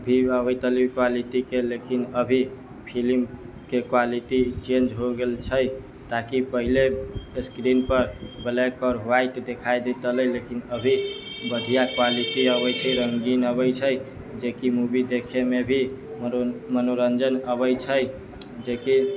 भी आबैत रहलै क्वालिटीके लेकिन अभी फिल्मके क्वालिटी चेंज हो गेल छै ताकि पहिने स्क्रीनपर ब्लैक आओर वाइट देखाइ देत रहलै लेकिन अभी बढ़ियाँ क्वालिटी अबै छै रङ्गीन अबै छै जेकि मूवी देखयमे भी मनोरञ्जन अबै छै जेकि